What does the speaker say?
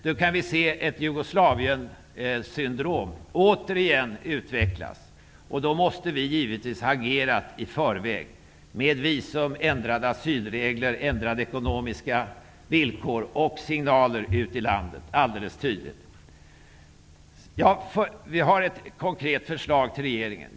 Då kan vi återigen få se ett Jugoslaviensyndrom utvecklas. Då måste vi givetvis ha agerat i förväg -- jag tänker då på visum, ändrade asylregler, ändrade ekonomiska villkor och tydliga signaler ut i landet. Jag har ett konkret förslag till regeringen.